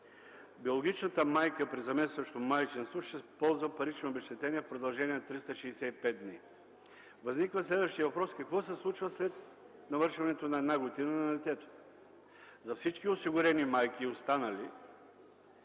биологичната майка при заместващото майчинство ще ползва парично обезщетение в продължение на 365 дни. Възниква следващият въпрос: какво се случва след навършването на една година на детето? За всички останали осигурени майки след